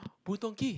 Boon-Tong-Kee